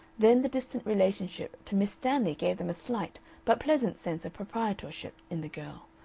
then the distant relationship to miss stanley gave them a slight but pleasant sense of proprietorship in the girl.